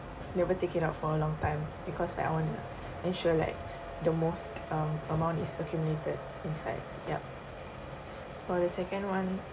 never take it out for a long time because I want make sure like the most um amount is accumulated inside yup for the second one